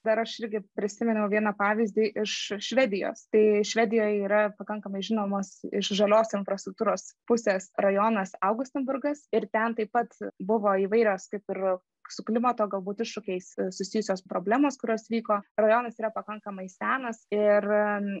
dar aš irgi prisiminiau vieną pavyzdį iš švedijos tai švedijoje yra pakankamai žinomas iš žalios infrastruktūros pusės rajonas augustenburgas ir ten taip pat buvo įvairios kaip ir su klimato galbūt iššūkiais susijusios problemos kurios vyko rajonas yra pakankamai senas ir